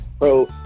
Pro